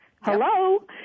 Hello